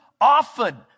often